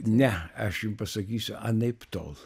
ne aš jum pasakysiu anaiptol